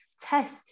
test